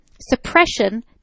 Suppression